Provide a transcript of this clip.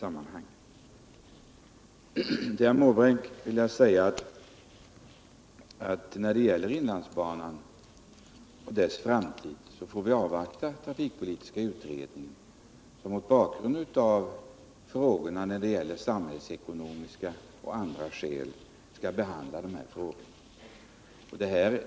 Till herr Måbrink vill jag säga att vi när det gäller inlandsbanan och dess framtid får avvakta den trafikpolitiska utredningen som skall behandla den frågan mot bakgrund av samhällsekonomiska och andra faktorer.